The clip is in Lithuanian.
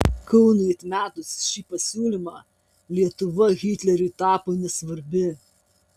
kaunui atmetus šį pasiūlymą lietuva hitleriui tapo nesvarbi